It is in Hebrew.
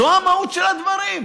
זו המהות של הדברים.